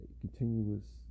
continuous